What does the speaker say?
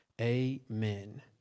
Amen